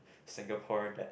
Singapore that